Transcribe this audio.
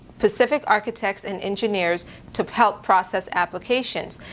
pacific architects and engineers to help process applications.